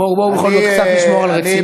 בואו בכל זאת קצת נשמור על רצינות.